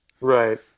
Right